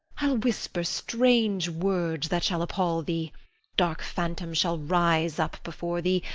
i'll whisper strange words that shall appall thee dark phantoms shall rise up before thee,